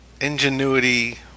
ingenuity